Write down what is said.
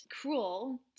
cruel